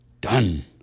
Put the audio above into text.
done